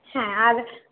হ্যাঁ আর